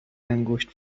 انگشت